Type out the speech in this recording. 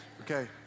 Okay